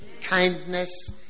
Kindness